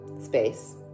space